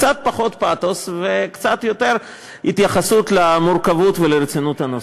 קצת פחות פתוס וקצת יותר התייחסות למורכבות ולרצינות של הנושא.